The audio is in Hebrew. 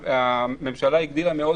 הממשלה הגדילה מאוד